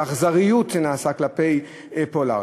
האכזריות כלפי פולארד.